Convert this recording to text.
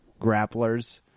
grapplers